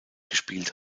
gespielt